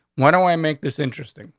why don't i make this interesting.